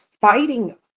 fighting